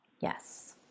Yes